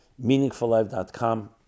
MeaningfulLife.com